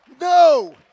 No